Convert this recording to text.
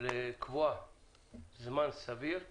לקבוע זמן סביר מהיום,